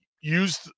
use